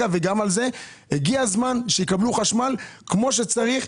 הגיע הזמן שיקבלו חשמל כמו שצריך.